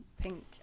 pink